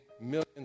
millions